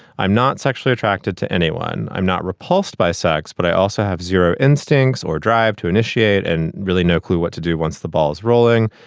i'm not sexually attracted to anyone. i'm not repulsed by sex. but i also have zero instincts or drive to initiate and really no clue what to do once the ball is rolling.